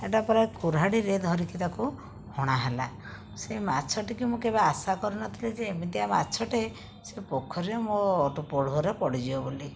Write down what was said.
ଏଇଟା ପୁରା କୁରାଢ଼ିରେ ଧରିକି ତାକୁ ହଣା ହେଲା ସେ ମାଛଟିକୁ ମୁଁ କେବେ ଆଶା କରିନଥିଲି ଯେ ଏମିତିଆ ମାଛଟେ ସେ ପୋଖରୀରେ ମୋ ପଳୁହରେ ପଡ଼ିଯିବ ବୋଲି